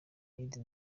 yindi